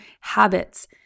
habits